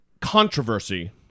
controversy